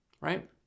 right